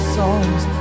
songs